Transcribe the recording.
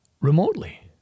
remotely